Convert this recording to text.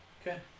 Okay